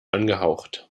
angehaucht